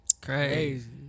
Crazy